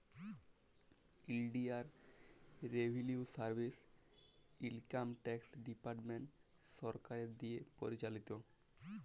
ইলডিয়াল revenue service income tax department সরকারের দিঁয়ে পরিচালিত